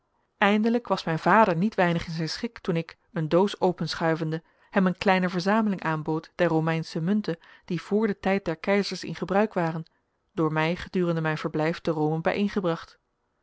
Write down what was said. eindelijk was mijn vader niet weinig in zijn schik toen ik een doos openschuivende hem een kleine verzameling aanbood der romeinsche munten die vr den tijd der keizers in gebruik waren door mij gedurende mijn verblijf te rome